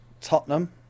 Tottenham